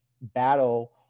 battle